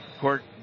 court